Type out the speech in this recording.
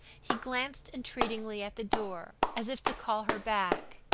he glanced entreatingly at the door, as if to call her back.